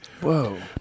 Whoa